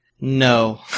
No